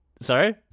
Sorry